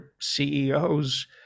ceos